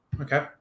Okay